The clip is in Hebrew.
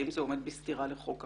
האם זה עומד בסתירה לחוק המתנות,